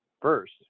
first